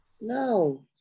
No